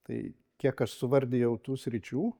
tai kiek aš suvardijau tų sričių